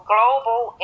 Global